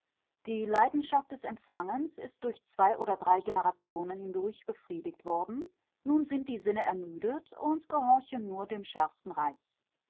die leidenschaft des empfangens ist durch zwei oder drei generationen hindurch befriedigt worden nun sind die sinne ermüdet und gehorchen nur dem schärfsten reiz